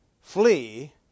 Flee